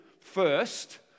first